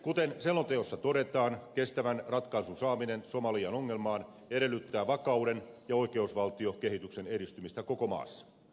kuten selonteossa todetaan kestävän ratkaisun saaminen somalian ongelmaan edellyttää vakauden ja oikeusvaltiokehityksen edistymistä koko maassa